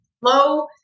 low